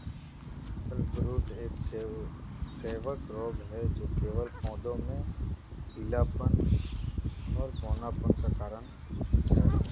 clubroot एक कवक रोग है जो केवल पौधों में पीलापन और बौनापन का कारण है